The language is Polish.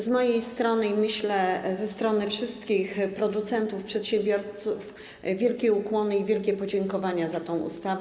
Z mojej strony - i myślę, że ze strony wszystkich producentów, przedsiębiorców - wielkie ukłony i wielkie podziękowania za tę ustawę.